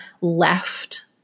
left